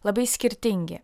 labai skirtingi